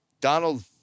Donald